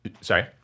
Sorry